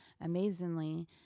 Amazingly